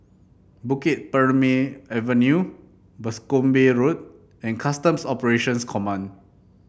Bukit Purmei Avenue Boscombe Road and Customs Operations Command